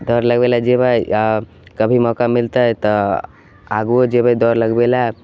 दौड़ लगबैले जेबै अँ कभी मौका मिलतै तऽ आगुओ जेबै दौड़ लगबैले